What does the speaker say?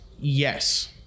Yes